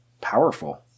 powerful